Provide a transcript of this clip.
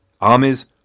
armies